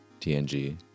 TNG